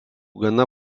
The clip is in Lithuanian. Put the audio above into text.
gana